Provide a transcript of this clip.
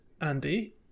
Andy